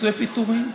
פיצויי פיטורים.